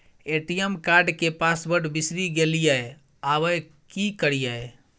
ATM card के password बिसरि गेलियै आबय की करियै?